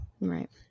Right